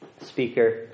speaker